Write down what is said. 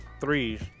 threes